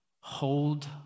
Hold